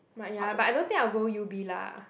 but ya but I don't think I will go U_B lah